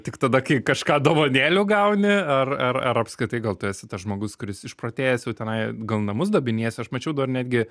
tik tada kai kažką dovanėlių gauni ar ar ar apskritai gal tu esi tas žmogus kuris išprotėjęs jau tenai gal namus darbiniesi aš mačiau dabar netgi